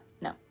no